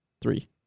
three